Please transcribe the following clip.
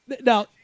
Now